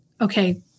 okay